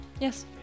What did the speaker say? Yes